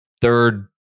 third